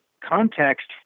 context